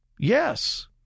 Yes